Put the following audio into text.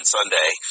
Sunday